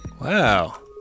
Wow